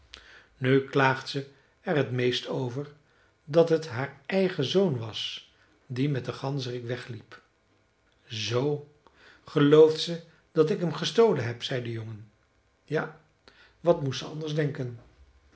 nu klaagt ze er t meest over dat het haar eigen zoon was die met den ganzerik wegliep zoo gelooft ze dat ik hem gestolen heb zei de jongen ja wat moest ze anders denken